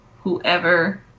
whoever